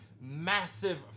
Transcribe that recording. massive